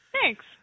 thanks